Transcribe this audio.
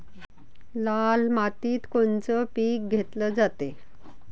लाल मातीत कोनचं पीक घेतलं जाते?